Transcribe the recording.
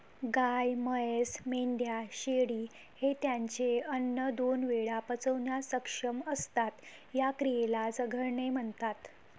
गाय, म्हैस, मेंढ्या, शेळी हे त्यांचे अन्न दोन वेळा पचवण्यास सक्षम असतात, या क्रियेला चघळणे म्हणतात